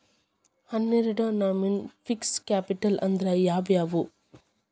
ಹನ್ನೆರ್ಡ್ ನಮ್ನಿ fixed capital ಅಂದ್ರ ಯಾವವ್ಯಾವು?